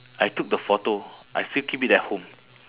I took the photo I still keep it at home